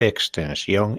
extensión